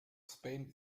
spain